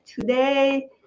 Today